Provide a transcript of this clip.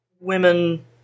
women